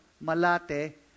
Malate